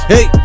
Hey